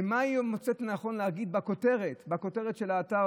ומה היא מוצאת לנכון להגיד בכותרת של האתר,